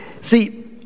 See